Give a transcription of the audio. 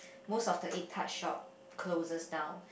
most of the egg tart shop closes down